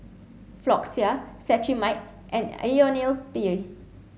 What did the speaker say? Floxia Cetrimide and Ionil T